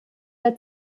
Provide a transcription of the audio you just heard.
der